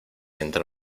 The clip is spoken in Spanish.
entre